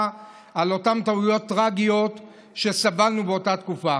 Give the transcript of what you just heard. על אותן טעויות טרגיות שסבלנו באותה תקופה,